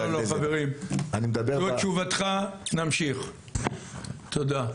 לא, לא, חברים, זו תשובתך נמשיך, תודה,